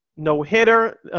No-hitter